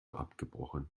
abgebrochen